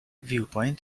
viewpoint